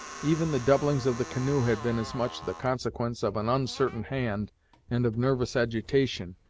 even the doublings of the canoe had been as much the consequence of an uncertain hand and of nervous agitation,